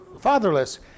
fatherless